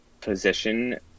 position